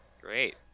Great